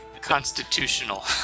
constitutional